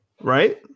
right